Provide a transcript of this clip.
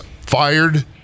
fired